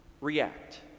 react